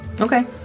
Okay